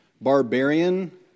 barbarian